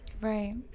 Right